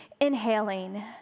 inhaling